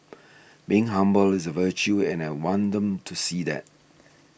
being humble is a virtue and I want them to see that